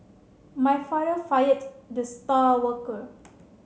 my father fired the star worker